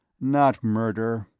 not murder.